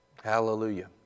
Hallelujah